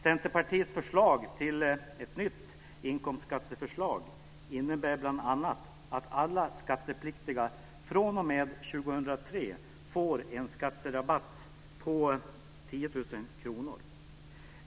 Centerpartiets förslag till nytt inkomstskattesystem innebär bl.a. att alla skattepliktiga fr.o.m. 2003 får en skatterabatt på 10 000 kr.